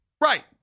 Right